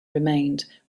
remained